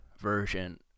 version